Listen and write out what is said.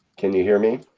can you hear me,